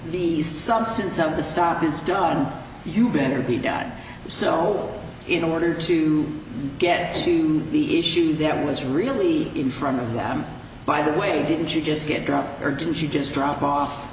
the substance of the stuff is done you better be done so in order to get to the issue there was really in front of them by the way didn't you just get dropped or didn't you just drop off